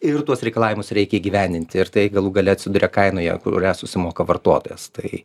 ir tuos reikalavimus reikia įgyvendinti ir tai galų gale atsiduria kainoje kurią susimoka vartotojas tai